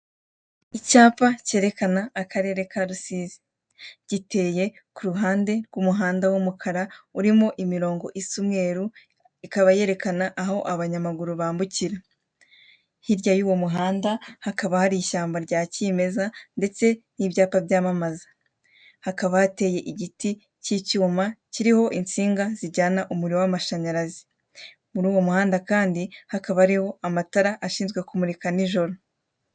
Icyapa cyerekana akarere ka Rusizi. Giteye ku ruhande rw'umuhanda w'umukara urimo imirongo isa umweru ikaba yerekana aho abanyamaguru bambukira. Hirya y'uwo muhanda hakaba hari ishyamba rya kimeza ndetse n'ibyapa byamamaza. Hakaba hateye igiti cy'icyuma kiriho insinga zijyana umuriro w'amashanyarazi. Muri uwo muhanda kandi hakaba hariho amatara ashinzwe kumurika nijoro.